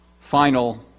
final